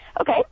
Okay